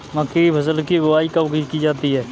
मक्के की फसल की बुआई कब की जाती है?